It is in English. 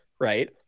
right